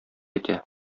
итә